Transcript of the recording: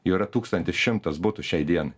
jų yra tūkstantis šimtas butų šiai dienai